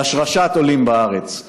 זה השרשת עולים בארץ.